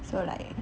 so like